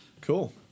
Cool